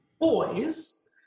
boys